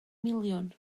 miliwn